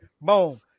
Boom